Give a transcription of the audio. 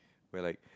where like